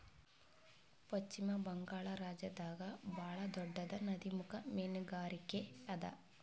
ಪಶ್ಚಿಮ ಬಂಗಾಳ್ ರಾಜ್ಯದಾಗ್ ಭಾಳ್ ದೊಡ್ಡದ್ ನದಿಮುಖ ಮೀನ್ಗಾರಿಕೆ ಅದಾ